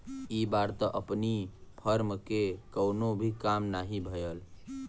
इ बार त अपनी फर्म के कवनो भी काम नाही भयल